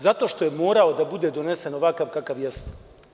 Zato što je morao da bude donesen ovakav kakav jeste.